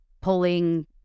pulling